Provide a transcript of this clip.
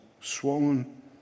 swollen